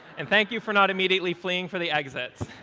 and thank you for not immediately fleeing for the exits.